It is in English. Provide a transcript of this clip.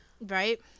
Right